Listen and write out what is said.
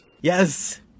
yes